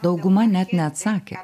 dauguma net neatsakė